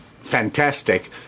fantastic